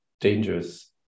dangerous